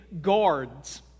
guards